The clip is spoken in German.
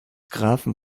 grafen